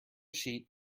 sheet